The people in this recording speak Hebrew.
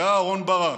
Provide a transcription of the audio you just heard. זה אהרן ברק,